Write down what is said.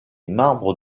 marbre